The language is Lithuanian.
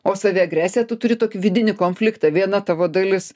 o saviagresija tu turi tokį vidinį konfliktą viena tavo dalis